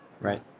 Right